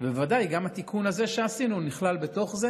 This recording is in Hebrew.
ובוודאי גם התיקון הזה שעשינו נכלל בתוך זה,